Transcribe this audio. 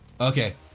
Okay